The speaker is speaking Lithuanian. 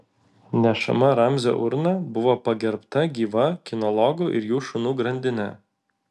nešama ramzio urna buvo pagerbta gyva kinologų ir jų šunų grandine